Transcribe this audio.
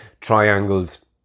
triangles